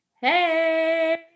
Hey